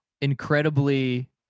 incredibly